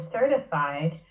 certified